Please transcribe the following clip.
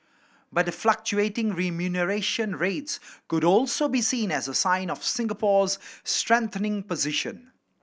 but the fluctuating remuneration rates could also be seen as a sign of Singapore's strengthening position